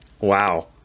Wow